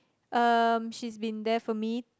um she's been there for me